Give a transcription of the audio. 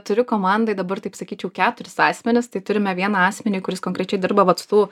turiu komandoj dabar taip sakyčiau keturis asmenis tai turime vieną asmenį kuris konkrečiai dirba vat su tų